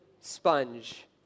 sponge